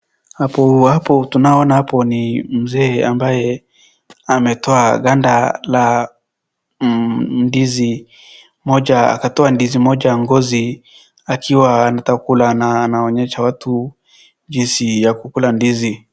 Hapo tunaowaona wapo ni mzee ambaye ametoa ganda la ndizi moja akatoa ndizi moja ngozi akiwa anataka kukula, anaonyesha watu jinsi ya kukula ndizi.